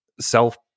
self